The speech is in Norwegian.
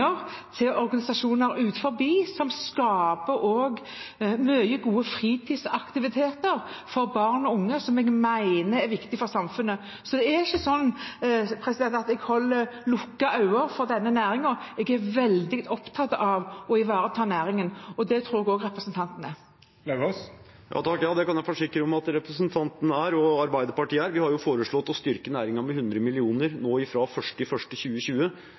som jeg mener er viktig for samfunnet. Så det er ikke sånn at jeg lukker øynene for denne næringen. Jeg er veldig opptatt av å ivareta næringen, og det tror jeg også representanten er. Ja, det kan jeg forsikre om at representanten og Arbeiderpartiet er. Vi har jo foreslått å styrke næringen med 100 mill. kr fra 1. januar 2020